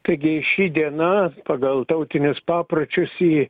taigi ši diena pagal tautinius papročius ji